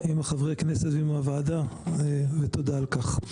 עם חברי הכנסת ועם הוועדה, ותודה על כך.